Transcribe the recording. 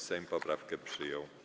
Sejm poprawkę przyjął.